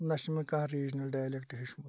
نہَ چھُ مےٚ کانٛہہ ریٖجنَل ڈایلیٚکٹہٕ ہیٚوچھمُت